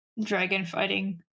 dragon-fighting